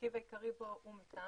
המרכיב העיקרי בו הוא מתאן,